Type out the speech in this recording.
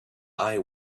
eye